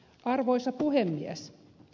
arvoisa puhemies